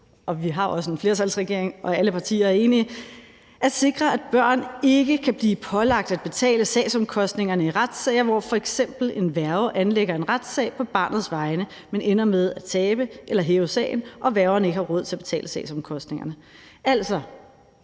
og vi har også en flertalsregering, og alle partier er enige – at sikre, at børn ikke kan blive pålagt at betale sagsomkostningerne i retssager, hvor f.eks. en værge anlægger en retssag på barnets vegne, men ender med at tabe eller hæve sagen, og hvor værgen ikke har råd til at betale sagsomkostningerne. Altså,